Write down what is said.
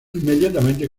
inmediatamente